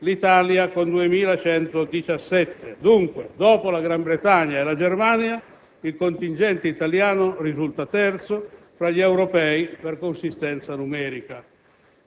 Secondo i dati più recenti che ho potuto acquisire, la Germania è presente con 2.589 militari, la Spagna con 756, la